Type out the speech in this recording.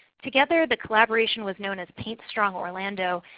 together the collaboration was known as paint strong orlando,